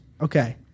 Okay